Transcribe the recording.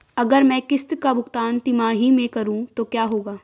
अगर मैं किश्त का भुगतान तिमाही में करूं तो क्या होगा?